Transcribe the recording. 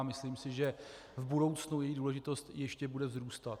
Myslím si, že v budoucnu její důležitost ještě bude vzrůstat.